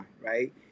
right